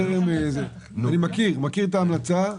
ההמלצה,